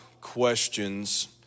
questions